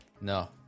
No